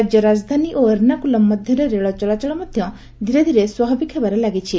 ରାଜ୍ୟ ରାଜଧାନୀ ଓ ଏର୍ଣ୍ଣାକୁଲମ୍ ମଧ୍ୟରେ ରେଳ ଚଳାଚଳ ମଧ୍ୟ ଧୀରେଧୀରେ ସ୍ୱାଭାବିକ ହେବାରେ ଲାଗିଛି